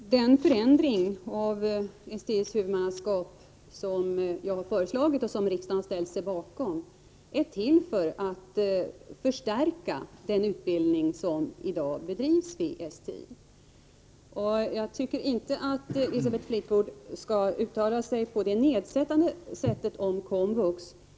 Herr talman! Den förändring av STI:s huvudmannaskap som jag har föreslagit och riksdagen har ställt sig bakom syftar till att förstärka den utbildning som i dag bedrivs vid STI. Jag tycker inte att Elisabeth Fleetwood skall uttala sig nedsättande om komvux.